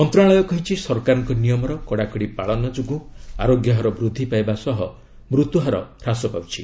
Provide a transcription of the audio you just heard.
ମନ୍ତ୍ରଣାଳୟ କହିଛି ସରକାରଙ୍କ ନିୟମର କଡ଼ାକଡ଼ି ପାଳନ ଯୋଗୁଁ ଆରୋଗ୍ୟ ହାର ବୃଦ୍ଧି ପାଇବା ସହ ମୃତ୍ୟୁହାର ହ୍ରାସ ପାଉଛି